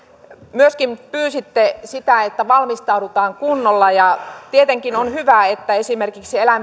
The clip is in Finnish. myöskin pyysitte sitä että valmistaudutaan kunnolla ja tietenkin on hyvä että esimerkiksi